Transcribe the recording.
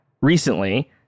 recently